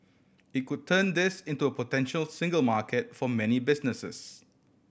it could turn this into a potential single market for many businesses